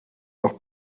noch